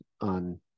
on